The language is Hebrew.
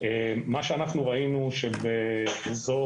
מה שאנחנו ראינו שבאזור,